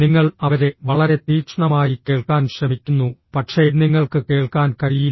നിങ്ങൾ അവരെ വളരെ തീക്ഷ്ണമായി കേൾക്കാൻ ശ്രമിക്കുന്നു പക്ഷേ നിങ്ങൾക്ക് കേൾക്കാൻ കഴിയില്ല